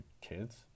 kids